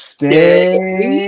Stay